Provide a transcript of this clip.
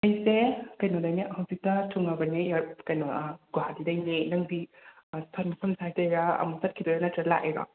ꯑꯩꯁꯦ ꯀꯩꯅꯣꯗꯩꯅꯦ ꯍꯧꯖꯤꯛꯇ ꯊꯨꯡꯂꯕꯅꯦ ꯑꯦꯔꯞ ꯀꯩꯅꯣ ꯒꯣꯍꯥꯇꯤꯗꯒꯤꯅꯦ ꯅꯪꯗꯤ ꯑꯊꯝ ꯃꯐꯝ ꯁ꯭ꯋꯥꯏꯗꯩꯔꯥ ꯑꯃꯨꯛ ꯆꯠꯈꯤꯗꯣꯏꯔꯥ ꯅꯠꯇ꯭ꯔ ꯂꯥꯛꯏꯔꯣ